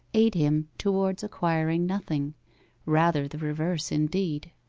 aid him towards acquiring nothing rather the reverse, indeed.